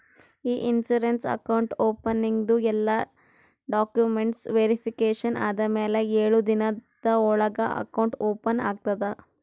E insurance account ಓಪನಿಂಗ್ದು ಎಲ್ಲಾ documents verification ಆದಮ್ಯಾಲ ಎಳು ದಿನದ ಒಳಗ ಅಕೌಂಟ್ ಓಪನ್ ಆಗ್ತದ